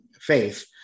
faith